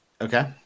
Okay